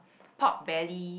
pork belly